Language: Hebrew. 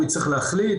הוא יצטרך להחליט,